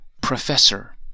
professor